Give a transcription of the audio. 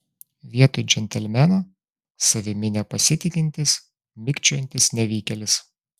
vietoj džentelmeno savimi nepasitikintis mikčiojantis nevykėlis